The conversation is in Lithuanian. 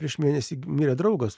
prieš mėnesį mirė draugas